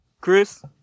Chris